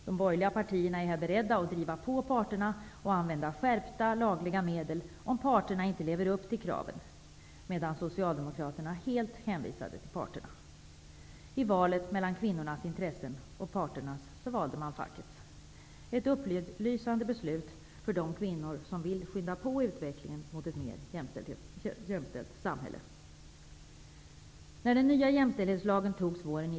De borgerliga partierna är här beredda att driva på parterna och använda skärpta lagliga medel om parterna inte lever upp till kraven, medan socialdemokraterna helt hänvisade till parterna. I valet mellan kvinnornas intressen och parternas valde man fackets -- ett upplysande beslut för de kvinnor som vill skynda på utvecklingen mot ett mer jämställt samhälle.